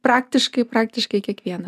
praktiškai praktiškai kiekvieną